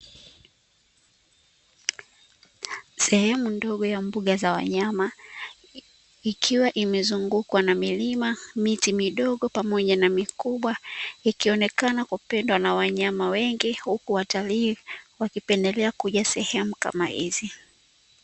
Sehemu ndogo ya mbuga za wanyama ikiwa imezungukwa na milima, miti midogo pamoja na mikubwa, ikionekana kupendwa na wanyama wengi huku watalii wakipendelea kuja sehemu kama hizi.